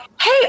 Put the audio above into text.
Hey